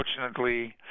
unfortunately